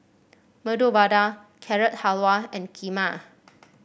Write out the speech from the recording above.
Medu Vada Carrot Halwa and Kheema